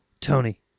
tony